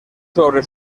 sobre